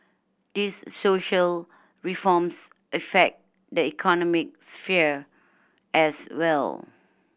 these social reforms affect the economic sphere as well